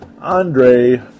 Andre